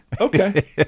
Okay